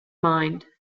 mind